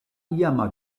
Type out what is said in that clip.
iama